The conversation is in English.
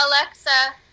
Alexa